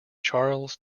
charles